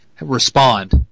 respond